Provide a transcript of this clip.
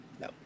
No